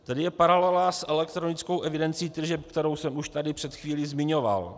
Tady je paralela s elektronickou evidencí tržeb, kterou jsem už tady před chvílí zmiňoval.